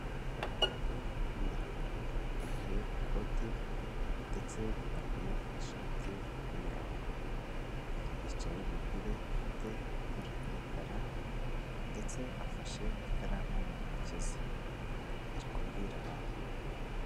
Umugabo w'umwirabura wambaye ikote, ndetse yambaye n'ishati y'mirongo. Yicaye mu ntebe ifite ibara ry'umukara, ndetse afashe ikaramu mu ntoki ze. Ari kubwira abantu.